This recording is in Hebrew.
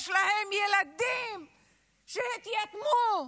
יש להם ילדים שהתייתמו.